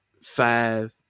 five